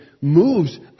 moves